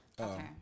Okay